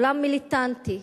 עולם מיליטנטי,